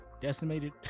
Decimated